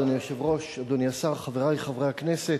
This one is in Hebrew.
אדוני היושב-ראש, אדוני השר, חברי חברי הכנסת,